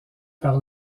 par